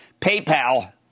PayPal